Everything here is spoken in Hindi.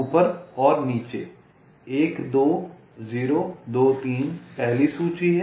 ऊपर और नीचे 1 2 0 2 3 पहली सूची है